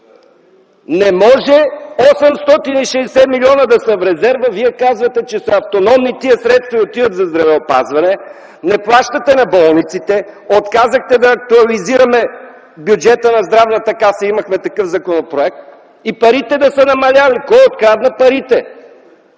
Не може 860 милиона да са в резерв, а Вие казвате, че са автономни тези средства и отиват за здравеопазване. Не плащате на болниците, отказахте да актуализираме бюджета на Здравната каса – имахме такъв законопроект, и парите да са намалели. Кой открадна парите?!